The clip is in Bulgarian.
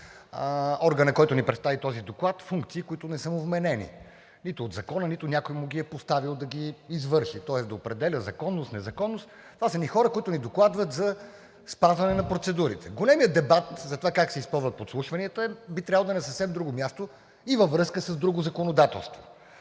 органа, който ни представи този доклад, функции, които не са му вменени нито от Закона, нито някой му ги е поставил да ги извърши, тоест да определя законност, незаконност. Това са едни хора, които ни докладват за спазване на процедурите. Големият дебат за това как се изпълват подслушванията, би трябвало да е на съвсем друго място и във връзка с друго законодателство.